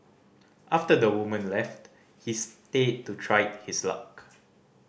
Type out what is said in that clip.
after the woman left he stayed to try his luck